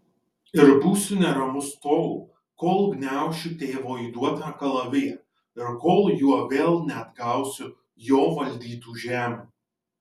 ir būsiu neramus tol kol gniaušiu tėvo įduotą kalaviją ir kol juo vėl neatgausiu jo valdytų žemių